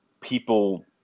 people